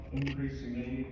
increasingly